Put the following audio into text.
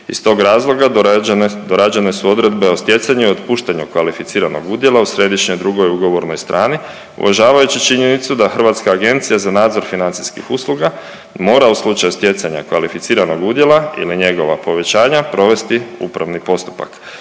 Iz tog razloga dorađene su odredbe o stjecanju i otpuštanju kvalificiranog udjela u središnjoj i drugoj ugovornoj strani uvažavajući činjenicu da Hrvatska agencija za nadzor financijskih usluga mora u slučaju stjecanja kvalificiranog udjela ili njegova povećanja provesti upravni postupak.